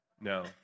No